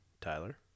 Tyler